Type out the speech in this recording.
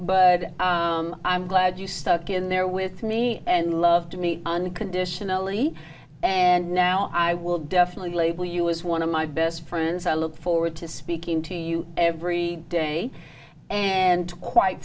but i'm glad you stuck in there with me and loved me unconditionally and now i will definitely label you as one of my best friends i look forward to speaking to you every day and quite